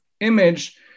image